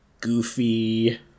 goofy